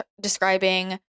describing